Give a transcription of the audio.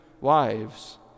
wives